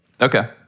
Okay